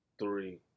Three